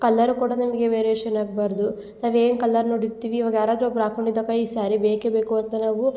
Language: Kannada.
ಕಲ್ಲರ್ ಕೂಡ ನಮಗೆ ವೇರಿಯೇಶನ್ ಆಗ್ಬಾರದು ನಾವು ಏನು ಕಲ್ಲರ್ ನೋಡಿರ್ತೀವಿ ಈವಾಗ ಯಾರಾದರು ಒಬ್ರು ಆಕೊಂಡಿದ್ದಾಗ ಈ ಸಾರಿ ಬೇಕೇ ಬೇಕು ಅಂತ ನಾವು